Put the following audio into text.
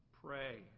Pray